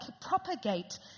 propagate